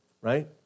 right